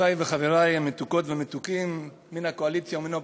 רבותי וחברי המתוקות והמתוקים מן הקואליציה ומן האופוזיציה,